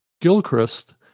gilchrist